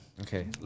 okay